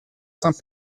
saint